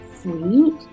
sweet